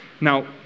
Now